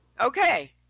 Okay